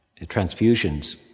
transfusions